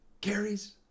carries